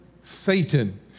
Satan